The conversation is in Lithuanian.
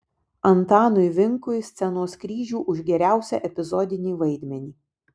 antanui vinkui scenos kryžių už geriausią epizodinį vaidmenį